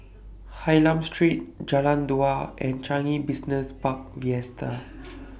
Hylam Street Jalan Dua and Changi Business Park Vista